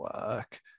work